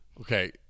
Okay